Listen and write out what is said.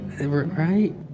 Right